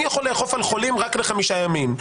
אני יכול לאכוף על חולים רק לחמישה ימים.